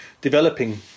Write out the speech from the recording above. developing